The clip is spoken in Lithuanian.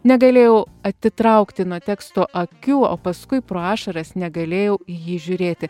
negalėjau atitraukti nuo teksto akių o paskui pro ašaras negalėjau jį žiūrėti